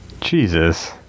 Jesus